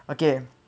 okay